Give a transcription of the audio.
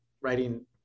writing